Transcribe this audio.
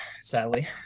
sadly